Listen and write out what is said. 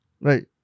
Right